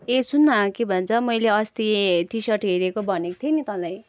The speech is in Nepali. ए सुन् न के भन्छ मैले अस्ति टी सर्ट हेरेको भनेको थिएँ नि तँलाई